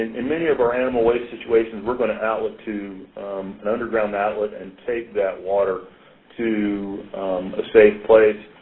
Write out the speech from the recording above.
in many of our animal waste situations, we're going to outlet to an underground outlet and take that water to a safe place,